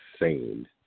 insane